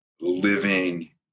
living